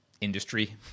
industry